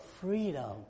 freedom